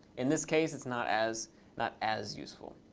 in this case, it's not as not as useful.